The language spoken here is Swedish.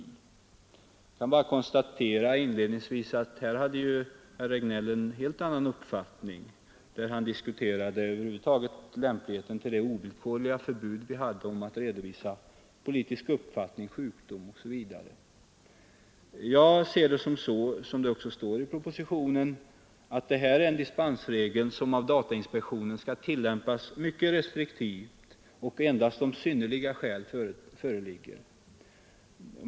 Jag kan bara konstatera att här hade herr Regnéll en helt annan uppfattning, när han diskuterade lämpligheten av ett ovillkorligt förbud att redovisa politisk uppfattning, sjukdom osv. Jag ser det så, som det också står i propositionen, att denna dispensregel skall datainspektionen tillämpa mycket restriktivt och endast om synnerliga skäl föreligger.